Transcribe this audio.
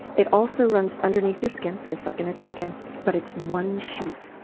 it also runs underneath your skin, just like in a chicken but it's one sheet.